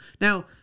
now